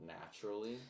naturally